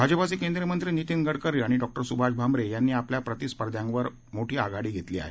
भाजपाचे केंद्रीय मंत्री नितीन गडकरी आणि डॉ सुभाष भामरे यांनी आपल्या प्रतिस्पर्ध्यांवर मतांची आघाडी घेतली आहे